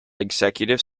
executive